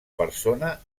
persona